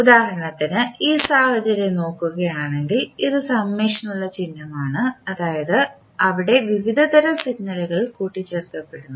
ഉദാഹരണത്തിന് ഈ സാഹചര്യം നോക്കുകയാണെങ്കിൽ ഇത് സമേഷൻ ഉള്ള ചിഹ്നമാണ് അതായത് അത് അവിടെ വിവിധ തരം സിഗ്നലുകൾ കൂട്ടി ചേർക്കപ്പെടുന്നു